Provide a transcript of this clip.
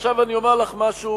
עכשיו אני אומר לך משהו,